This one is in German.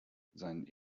seinen